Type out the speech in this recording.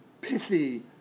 pithy